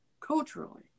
culturally